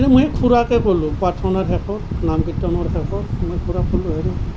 মই খুৰাকে ক'লোঁ প্ৰাৰ্থনাৰ শেষত নাম কীৰ্তনৰ শেষত মই খুৰাক ক'লোঁ আৰু